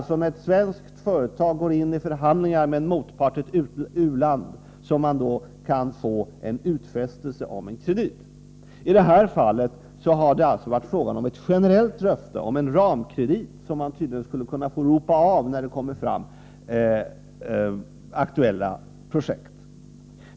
När ett svenskt företag går in i förhandlingar med en motpart i ett u-land kan man få en utfästelse om en kredit. I det här fallet har det alltså varit fråga om ett generellt löfte om en ramkredit, som man tydligen skulle kunna få ropa av när något projekt blev aktuellt.